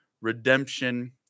redemption